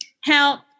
help